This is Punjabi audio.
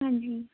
ਹਾਂਜੀ